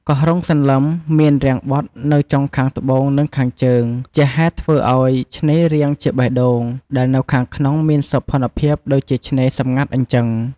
កោះរ៉ុងសន្លឹម មានរាងបត់នៅចុងខាងត្បូងនិងខាងជើង ជាហេតុធ្វើអោយឆ្នេររាងជាបេះដូងដែលនៅខាងក្នុងមានសោភណ្ឌភាពដូចជាឆ្នេរសំងាត់អញ្ចឹង។